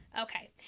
Okay